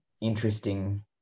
interesting